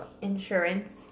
insurance